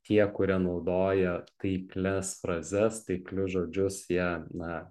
tie kurie naudoja taiklias frazes taiklius žodžius jie na